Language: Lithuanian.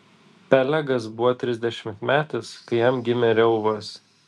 pelegas buvo trisdešimtmetis kai jam gimė reuvas